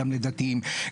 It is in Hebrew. גם לדתיים,